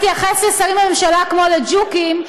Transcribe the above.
אני, וגם מתייחס לשרים בממשלה כמו לג'וקים.